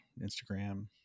Instagram